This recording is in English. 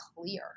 clear